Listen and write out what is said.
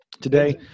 today